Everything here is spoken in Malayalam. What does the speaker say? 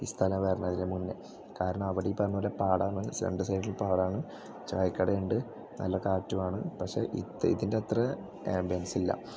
ഈ സ്ഥലം വരണതിന് മുന്നേ കാരണം അവിടെ ഈ പറഞ്ഞ പോലെ പാടമാണ് രണ്ട് സൈഡിലും പാടമാണ് ചായക്കട ഉണ്ട് നല്ല കാറ്റുമാണ് പക്ഷെ ഇത് ഇതിൻ്റെ അത്ര ആമ്പിയൻസില്ല